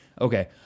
Okay